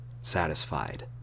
satisfied